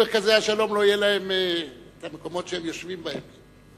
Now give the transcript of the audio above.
לא יהיו להם המקומות שהם יושבים בהם.